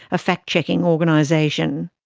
a fact-checking organisation.